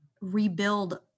rebuild